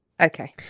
okay